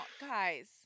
Guys